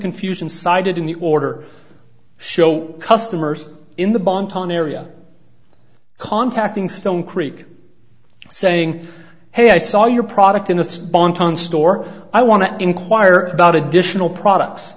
confusion cited in the order show customers in the bon ton area contacting stone creek saying hey i saw your product in a sponsor store i want to inquire about additional products